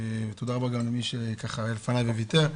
תודה רבה גם למי שהיה לפני וויתר.